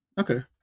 Okay